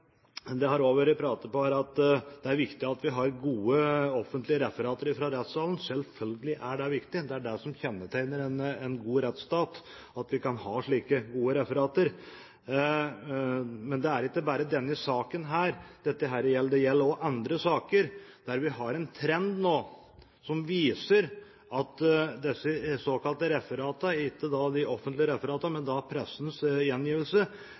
har her også vært snakket om at det er viktig at vi har gode offentlige referater fra rettssalen. Selvfølgelig er det viktig. Det er det å ha slike gode referater som kjennetegner en god rettsstat. Men dette gjelder ikke bare denne saken, det gjelder også andre saker der vi ser en trend til at de såkalte referatene – ikke de offentlige referatene, men pressens gjengivelse